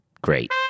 Great